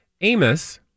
Amos